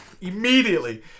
immediately